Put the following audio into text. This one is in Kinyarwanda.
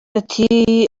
ati